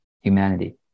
humanity